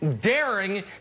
daring